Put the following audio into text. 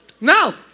no